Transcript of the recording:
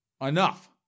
Enough